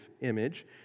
image